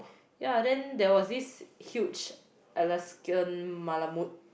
ya then there was this huge Alaskan malamute